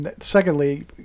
secondly